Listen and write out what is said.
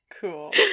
cool